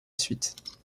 suite